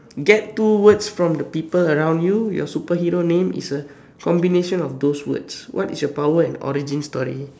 get two words from the people around you your superhero name is a combination of those words what is your power and origin story